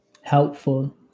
helpful